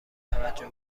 توجه